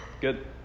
good